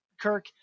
kirk